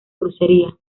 crucería